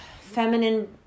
feminine